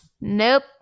Nope